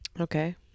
Okay